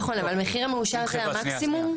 נכון, אבל המחיר המאושר זה המקסימום?